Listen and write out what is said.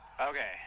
Okay